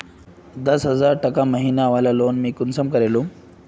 दस हजार टका महीना बला लोन मुई कुंसम करे लूम?